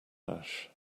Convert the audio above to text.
ash